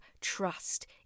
trust